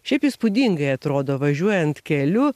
šiaip įspūdingai atrodo važiuojant keliu